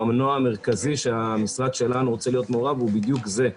המנוע המרכזי שהמשרד שלנו רוצה להיות מעורב הוא בדיוק זה,